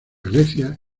grecia